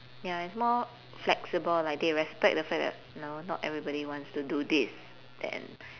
ya it's more flexible like they respect the fact that no not everybody wants to do this then